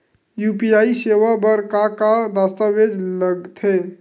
UPI सेवा बर का का दस्तावेज लगथे?